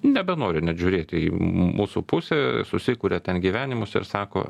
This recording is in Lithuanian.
nebenori net žiūrėti į mūsų pusę susikuria ten gyvenimus ir sako